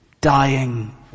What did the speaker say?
dying